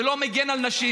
זה לא מגן על נשים,